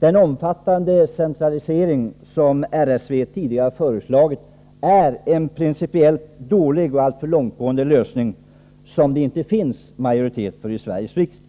Den omfattande centralisering som RSV tidigare föreslagit är en principiellt dålig och alltför långtgående lösning, som det inte finns majoritet för i Sveriges riksdag.